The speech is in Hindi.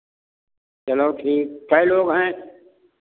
चलो ठीक कै लोग हैं